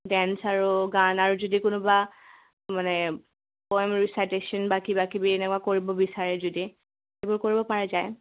dance আৰু গান আৰু যদি কোনোবা মানে পয়েম ৰিচাইটেশ্যন বা কিবা কিবি এনেকুৱা কৰিব বিচাৰে যদি সেইবোৰ কৰিব পৰা যায়